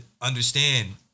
understand